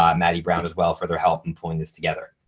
um maddie brown as well for their help in pulling this together.